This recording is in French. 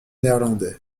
néerlandais